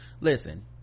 listen